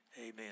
amen